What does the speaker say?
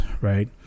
right